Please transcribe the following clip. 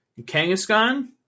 Kangaskhan